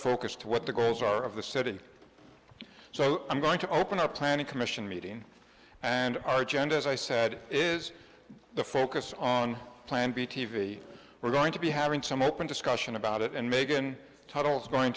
focus to what the goals are of the city so i'm going to open up planning commission meeting and our agenda as i said is the focus on plan b t v we're going to be having some open discussion about it and megan tuttle's going